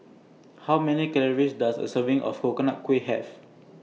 How Many Calories Does A Serving of Coconut Kuih Have